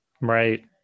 Right